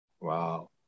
Wow